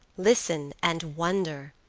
listen, and wonder!